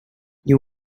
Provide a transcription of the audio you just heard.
you